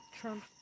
Trump